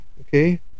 okay